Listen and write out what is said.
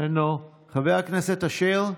איננו, חבר הכנסת אשר,